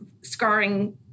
scarring